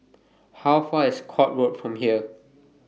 How Far IS Court Road from here